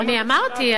אני אמרתי,